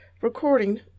Recording